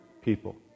people